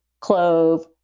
clove